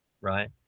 right